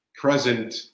present